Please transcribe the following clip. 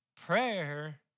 Prayer